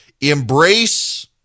embrace